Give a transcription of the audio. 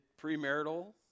premarital